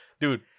Dude